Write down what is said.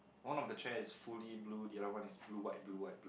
one of the chair is fully blue the other one is blue white blue white blue